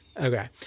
Okay